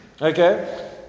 okay